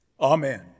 Amen